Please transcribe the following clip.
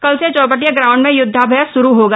कल से चौबटिया ग्राउंड में युदधाभ्यास शुरू होगा